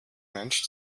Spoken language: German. mensch